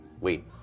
Wait